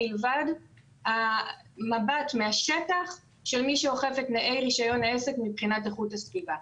מלבד המבט מהשטח של מי שאוכף את תנאי רישיון העסק מבחינת איכות הסביבה.